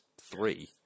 three